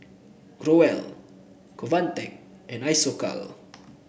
Growell Convatec and Isocal